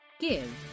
GIVE